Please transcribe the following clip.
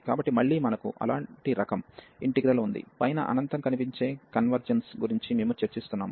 కాబట్టి మళ్ళీ మనకు ఇలాంటి రకం ఇంటిగ్రల్ ఉందిపైన అనంతం కనిపించే కన్వర్జెన్స్ గురించి మేము చర్చిస్తున్నాము